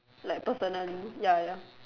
like personally ya ya